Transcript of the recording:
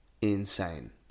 insane